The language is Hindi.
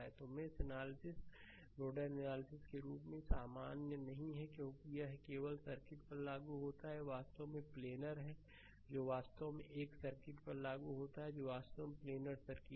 तो मेष एनालिसिस नोडलएनालिसिसके रूप में सामान्य नहीं है क्योंकि यह केवल सर्किट पर लागू होता है यह वास्तव में प्लेनर है जो वास्तव में एक सर्किट पर लागू होता है जो वास्तव में प्लेनरसर्किट है